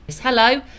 Hello